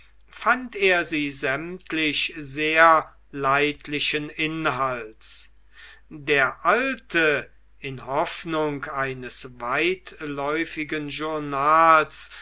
fand er sie sämtlich sehr leidlichen inhalts der alte in hoffnung eines weitläufigen journals